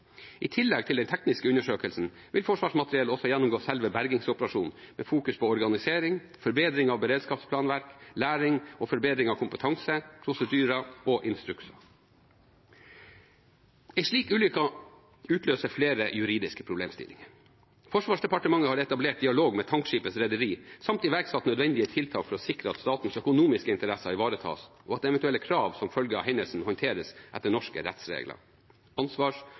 I tillegg til den tekniske undersøkelsen vil Forsvarsmateriell også gjennomgå selve bergingsoperasjonen, med fokus på organisering, forbedring av beredskapsplanverk, læring og forbedring av kompetanse, prosedyrer og instrukser. En slik ulykke utløser flere juridiske problemstillinger. Forsvarsdepartementet har etablert dialog med tankskipets rederi samt iverksatt nødvendige tiltak for å sikre at statens økonomiske interesser ivaretas, og at eventuelle krav som følge av hendelsen håndteres etter norske rettsregler. Ansvars-